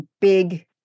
big